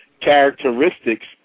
characteristics